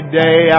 day